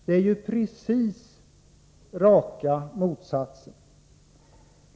Det förhåller sig på precis motsatt vis.